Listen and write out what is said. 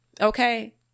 Okay